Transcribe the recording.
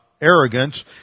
arrogance